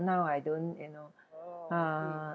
now I don't you know uh